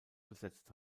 besetzt